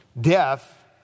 death